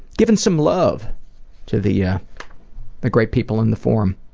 giving some love to the yeah ah great people in the forum.